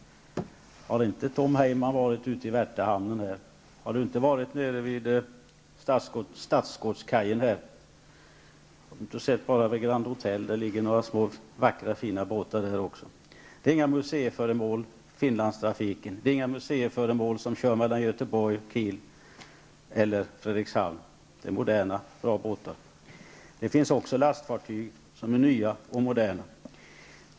Har inte Tom Heyman varit ute i Värtahamnen, nere vid Stadsgårdskajen, vid Grand Hotel, där det ligger några små vackra båtar? Finlandstrafiken går inte med några museiföremål, inte heller trafiken mellan Göteborg och Kiel eller Frederikshavn, utan det är moderna, bra båtar. Det finns också lastfartyg som är nya och moderna.